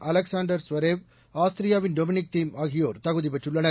Alexander Zverev ஆஸ்திரியாவின் Dominic Thiem ஆகியோர் தகுதி பெற்றுள்ளனர்